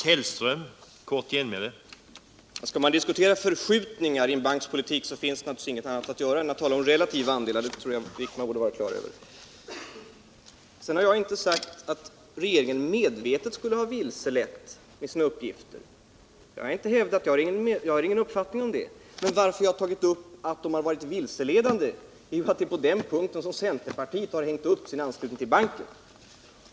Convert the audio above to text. Herr talman! Skall man diskutera förskjutningar i en banks politik finns det naturligtvis ingenting annat att göra än att tala om relativa andetar. Det borde Anders Wiikman vara på det klara med. Jag har inte sagt att regeringen medvetet vilselett med sina uppgifter. Jag har ingen uppfattning om den saken. At jag nämnde att regeringen har varit vilseledande beror på att det är på den punkten som centern hängt upp sin anslutning till banken.